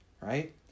right